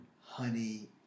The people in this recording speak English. honey